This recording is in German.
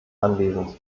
anwesend